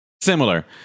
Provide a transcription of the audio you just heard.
Similar